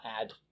add